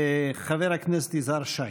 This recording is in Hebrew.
חבר הכנסת יזהר שי.